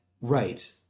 right